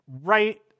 right